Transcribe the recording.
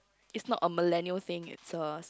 is not a millennial thing it's a